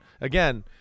again